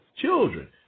children